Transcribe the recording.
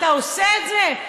אתה עושה את זה?